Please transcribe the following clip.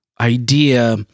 idea